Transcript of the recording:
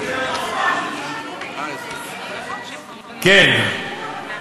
תפנה אותם למקום יותר, זאת מדיניות חברתית שלכם?